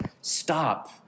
stop